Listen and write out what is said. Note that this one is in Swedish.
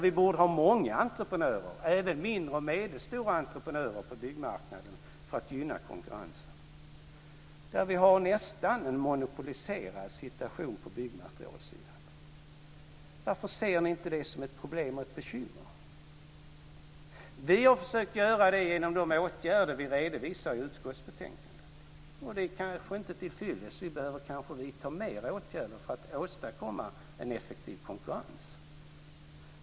Vi borde ha många entreprenörer, även mindre och medelstora entreprenörer, på byggmarknaden för att gynna konkurrensen. Vi har nästan en monopoliserad situation på byggmaterielsidan. Varför ser ni inte det som ett problem och ett bekymmer? Vi har försökt göra det genom de åtgärder vi redovisar i propositionen. Det kanske inte är tillfyllest, utan vi kanske behöver vidta fler åtgärder för att åstadkomma en effektiv konkurrens.